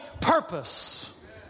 purpose